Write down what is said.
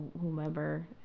whomever